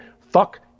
Fuck